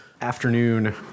afternoon